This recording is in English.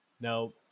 Now